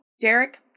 Derek